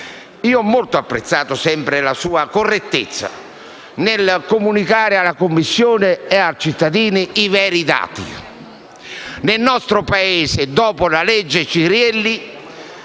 sempre molto apprezzato la sua correttezza nel comunicare alla Commissione e ai cittadini i veri dati. Nel nostro Paese, dopo la legge Cirielli